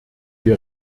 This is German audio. wir